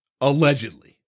Allegedly